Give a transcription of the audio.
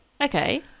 okay